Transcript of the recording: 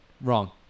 Wrong